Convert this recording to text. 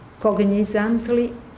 cognizantly